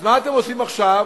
אז מה אתם עושים עכשיו?